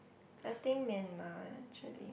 I think Myanmar actually